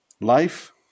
life